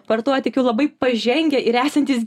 vartoja tik jau labai pažengę ir esantys